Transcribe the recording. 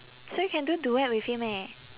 so you can do duet with him eh